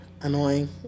annoying